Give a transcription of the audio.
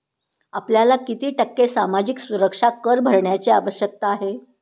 आपल्याला किती टक्के सामाजिक सुरक्षा कर भरण्याची आवश्यकता आहे?